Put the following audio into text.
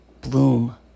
bloom